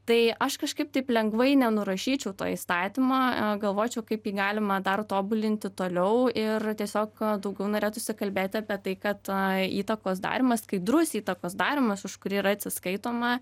tai aš kažkaip taip lengvai nenurašyčiau to įstatymą galvočiau kaip jį galima dar tobulinti toliau ir tiesiog daugiau norėtųsi kalbėti apie tai kad įtakos darymas skaidrus įtakos darymas už kurį yra atsiskaitoma